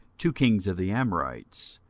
two kings of the amorites,